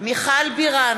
מיכל בירן,